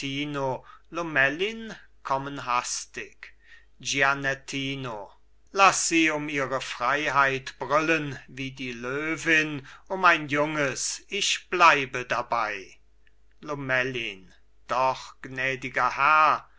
lomellin kommen hastig gianettino laß sie um ihre freiheit brüllen wie die löwin um ein junges ich bleibe dabei lomellin doch gnädiger herr